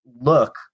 look